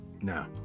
No